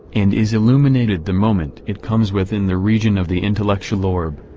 and is illuminated the moment it comes within the region of the intellectual orb.